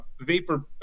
vapor